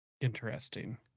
Interesting